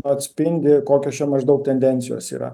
atspindi kokios čia maždaug tendencijos yra